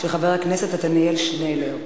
של חבר הכנסת עתניאל שנלר.